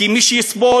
כי מי שיסבול,